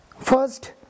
First